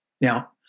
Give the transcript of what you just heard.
Now